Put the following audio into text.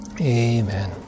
Amen